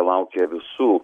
laukia visų